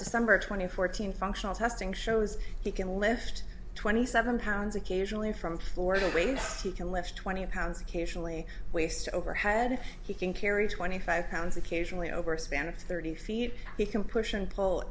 december twenty four thousand functional testing shows he can lift twenty seven pounds occasionally from florida when he can lift twenty pounds occasionally waist over head he can carry twenty five pounds occasionally over a span of thirty feet he can push and pull